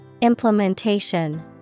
Implementation